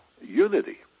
unity